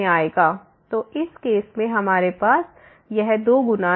तो इस केस में हमारे पास यह 2 गुना है